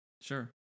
Sure